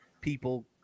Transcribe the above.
people